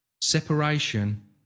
separation